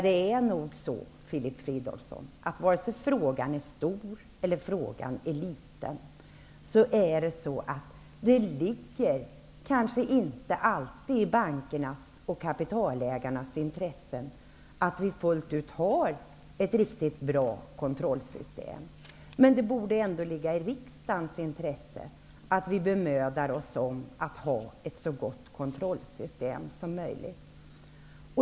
Det är nog så, Filip Fridolfsson, att vare sig frågan är stor eller liten ligger det kanske inte alltid i bankernas och kapitalägarnas intressen att vi fullt ut har ett riktigt bra kontrollsystem. Men det borde ändå ligga i riksdagens intresse att vi bemödar oss om att se till att ha ett så gott kontrollsystem som möjligt.